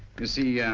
you see